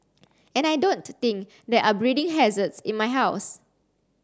and I don't think there are breeding hazards in my house